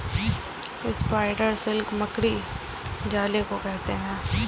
spider silk मकड़ी जाले को कहते हैं